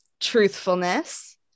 truthfulness